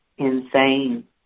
insane